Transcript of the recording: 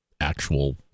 actual